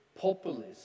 populism